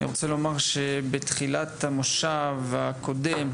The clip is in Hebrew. במושב הקודם,